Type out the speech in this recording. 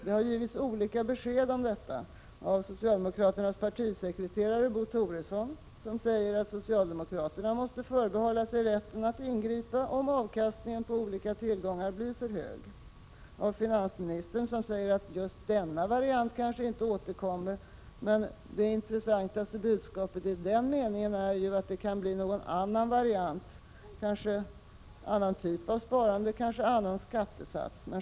Det har givits olika besked om detta av socialdemokraternas partisekreterare Bo Toresson, som säger att socialdemokraterna måste förbehålla sig rätten att ingripa om avkastningen på olika tillgångar blir för hög, och av finansministern, som säger att just denna variant kanske inte återkommer — men det intressantaste budskapet i den meningen är ju att det kan bli någon annan variant, kanske en annan typ av sparande, kanske en annan skattesats.